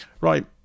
right